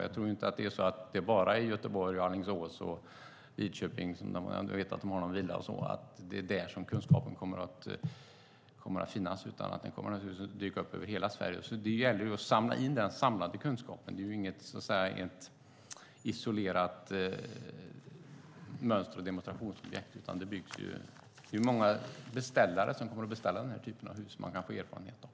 Jag tror inte att kunskapen bara kommer att finnas i Göteborg, i Alingsås och i Lidköping - jag vet att det finns någon villa där. Den kommer naturligtvis att dyka upp i hela Sverige. Det gäller att samla in kunskapen. Det är ju inget, så att säga, isolerat mönster och demonstrationsobjekt. Det är många beställare som kommer att beställa den typen av hus, som man kan få erfarenhet av.